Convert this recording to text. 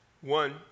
One